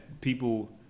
people